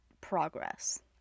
progress